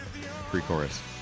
pre-chorus